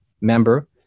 member